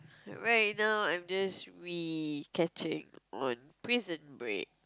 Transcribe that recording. right now I'm just recatching my Prison Break